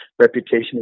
reputation